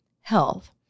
health